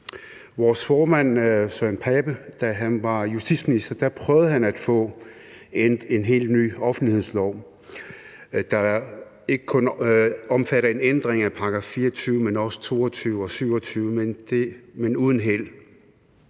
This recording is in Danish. vores formand, hr. Søren Pape Poulsen, var justitsminister, prøvede han at få en helt ny offentlighedslov, der ikke kun omfattede en ændring af § 24, men også af § 22 og § 27, men uden held.